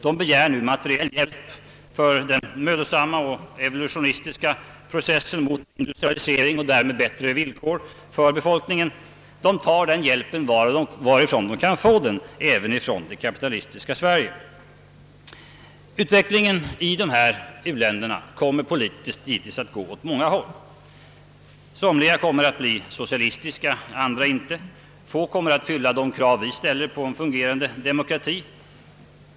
De begär nu materiell hjälp för den mödosamma och evolutionistiska processen mot industrialisering och därmed bättre villkor för befolkningen, och de tar denna hjälp där de kan få den — även från det kapitalistiska Sverige. Utvecklingen i dessa u-länder kommer givetvis att politiskt sett gå åt många olika håll. Somliga länder kommer att bli socialistiska, andra inte. Få kommer att fylla de krav vi ställer på en fungerande demokrati.